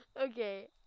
Okay